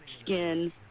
skin